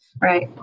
Right